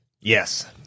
Yes